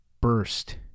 burst